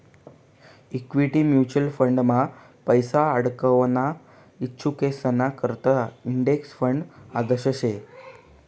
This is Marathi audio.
इक्वीटी म्युचल फंडमा पैसा आडकवाना इच्छुकेसना करता इंडेक्स फंड आदर्श शे